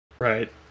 Right